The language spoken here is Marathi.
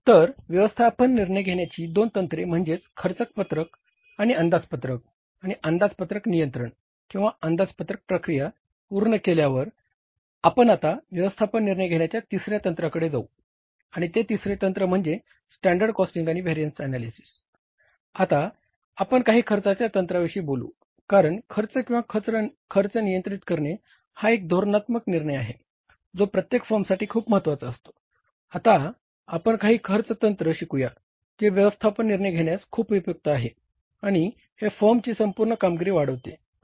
तर व्यवस्थापन निर्णय घेण्याची दोन तंत्रे म्हणजेच खर्च पत्रक शिकूया जे व्यवस्थापन निर्णय घेण्यास खूप उपयुक्त आहे आणि हे फर्मची संपूर्ण कामगिरी वाढविते आणि फर्मचे मूल्य वाढवते